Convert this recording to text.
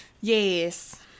Yes